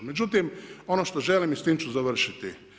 Međutim, ono što želim i s tim ću završiti.